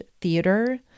theater